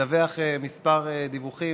לדווח כמה דיווחים.